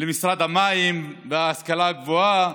למשרד המים וההשכלה הגבוהה,